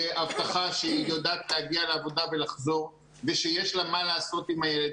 הבטחה שהיא יודעת להגיע לעבודה ולחזור ושיש לה מה לעשות עם הילד.